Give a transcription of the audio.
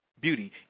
beauty